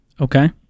Okay